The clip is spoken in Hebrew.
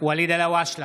ואליד אלהואשלה,